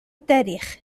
التاريخ